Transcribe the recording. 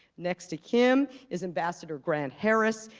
next to him is ambassador grant harris,